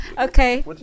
okay